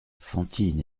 fantine